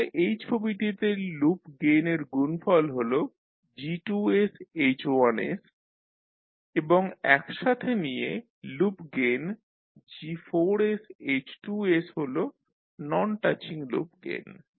তাহলে এই ছবিটিতে লুপ গেইনের গুনফল হল G2H1 এবং দুটি একসাথে নিয়ে লুপ গেইন G4H2 হল নন টাচিং লুপ গেইন